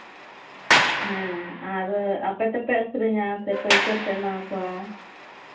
ᱟᱨ ᱟᱯᱮ ᱛᱮᱥᱮ ᱟᱹᱠᱷᱨᱚᱧᱟ ᱥᱮ ᱯᱟᱹᱭᱠᱟᱹᱨ ᱯᱮ ᱮᱢᱟ ᱠᱚᱣᱟ